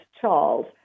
Charles